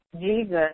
Jesus